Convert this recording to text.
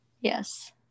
Yes